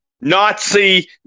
Nazi